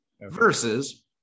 versus